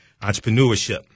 entrepreneurship